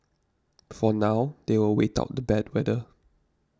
for now they will wait out the bad weather